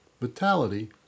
vitality